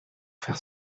faire